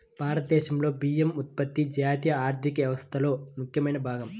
భారతదేశంలో బియ్యం ఉత్పత్తి జాతీయ ఆర్థిక వ్యవస్థలో ముఖ్యమైన భాగం